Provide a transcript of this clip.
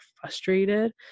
frustrated